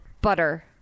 butter